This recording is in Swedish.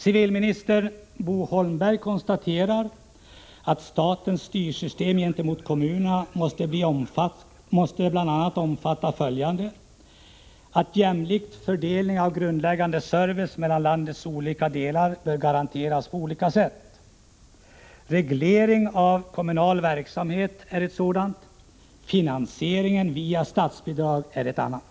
Civilministern konstaterar att statens styrsystem gentemot kommunerna bl.a. måste omfatta en jämlik fördelning av grundläggande service mellan landets olika delar. En sådan bör garanteras på olika sätt. Reglering av kommunal verksamhet är ett sådant. Finansiering via statsbidrag är ett annat.